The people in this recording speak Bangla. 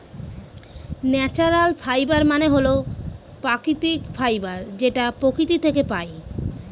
ন্যাচারাল ফাইবার মানে হল প্রাকৃতিক ফাইবার যেটা প্রকৃতি থাকে পাই